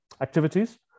activities